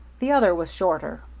the other was shorter.